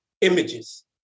images